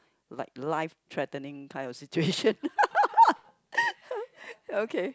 like life threatening kind of situation okay